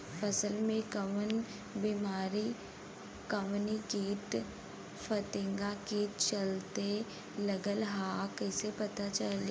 फसल में कवन बेमारी कवने कीट फतिंगा के चलते लगल ह कइसे पता चली?